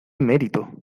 merito